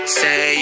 say